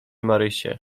marysię